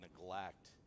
neglect